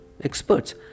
experts